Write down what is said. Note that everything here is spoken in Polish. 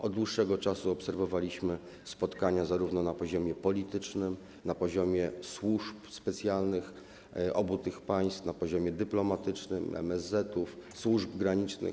Od dłuższego czasu obserwowaliśmy spotkania zarówno na poziomie politycznym, na poziomie służb specjalnych obu tych państw, jak i na poziomie dyplomatycznym, MSZ-etów, służb granicznych.